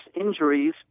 injuries